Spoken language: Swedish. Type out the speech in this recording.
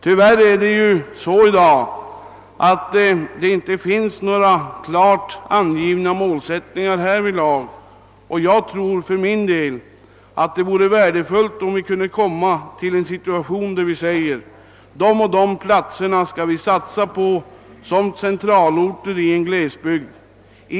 Tyvärr finns i dag inga klart angivna målsättningar härvidlag. Jag tror för min del att det vore värdefullt, om vi kunde ta ståndpunkt till vilka orter vi skall satsa på som centralorter i glesbygderna.